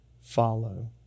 follow